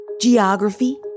geography